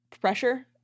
Pressure